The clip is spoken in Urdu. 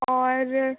اور